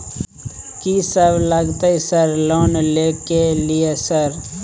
कि सब लगतै सर लोन ले के लिए सर?